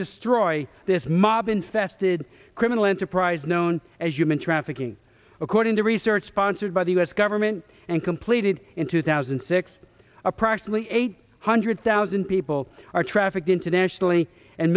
destroy this mob infested criminal enterprise known as human trafficking according to research sponsored by the us government and completed in two thousand and six approximately eight hundred thousand people are trafficked internationally and